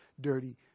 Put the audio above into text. dirty